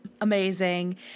Amazing